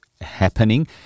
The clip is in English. happening